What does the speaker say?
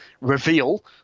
reveal